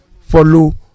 follow